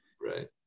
Right